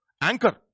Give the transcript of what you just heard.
Anchor